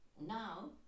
Now